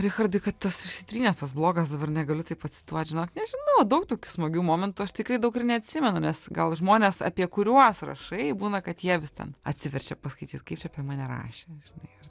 richardai kad tas išsitrynęs tas blogas dabar negaliu taip pacituot žinok nežinau daug tokių smagių momentų aš tikrai daug ir neatsimenu nes gal žmonės apie kuriuos rašai būna kad jie vis ten atsiverčia paskaityt kaip čia apie mane rašė žinai ir